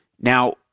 Now